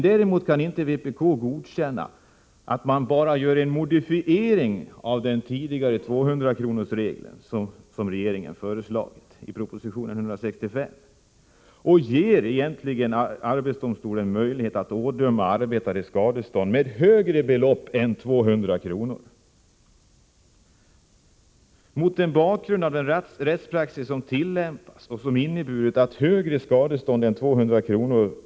Däremot kan vpk inte godkänna att man bara gör en modifiering av den tidigare 200-kronorsregeln, som regeringen har föreslagit i proposition 165, och ger arbetsdomstolen möjlighet att ådöma arbetare skadestånd med högre belopp än 200 kr. Mot bakgrund av den rättspraxis som tillämpas och som har inneburit att ett högre skadestånd än 200 kr.